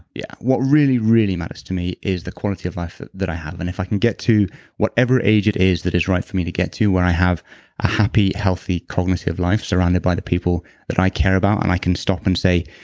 yeah what really, really matters to me is the quality of life that that i have. and if i can get to whatever age it is that is right for me to get to where i have a happy, healthy cognitive life surrounded by the people that i care about and i can stop and say,